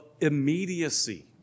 immediacy